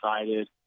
excited